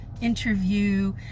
interview